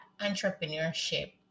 entrepreneurship